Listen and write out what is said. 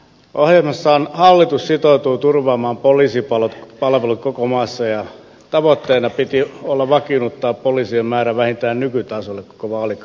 ohjelmassaan hallitus sitoutui turvaamaan poliisipalvelut koko maassa ja tavoitteena piti olla poliisien määrän vakiinnuttaminen vähintään nykytasolle koko vaalikauden ajaksi